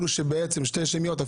שתי שמיות.